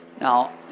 Now